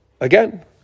Again